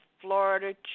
Florida